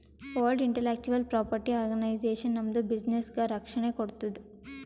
world intellectual property organization ನಮ್ದು ಬಿಸಿನ್ನೆಸ್ಗ ರಕ್ಷಣೆ ಕೋಡ್ತುದ್